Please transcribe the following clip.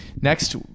Next